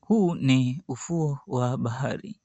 Huu ni ufuo wa bahari.